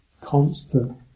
constant